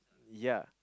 yea